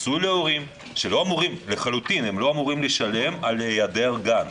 פיצוי להורים שלחלוטין לא אמורים לשלם על היעדר גן,